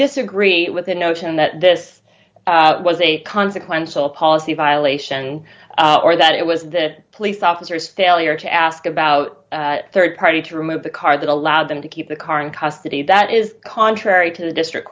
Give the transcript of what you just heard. disagree with the notion that this was a consequential policy violation or that it was the police officers failure to ask about a rd party to remove the car that allowed them to keep the car in custody that is contrary to the district